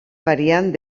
variant